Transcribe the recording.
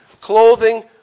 clothing